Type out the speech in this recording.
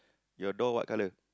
your door what colour